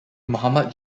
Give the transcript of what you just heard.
mohammad